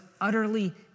utterly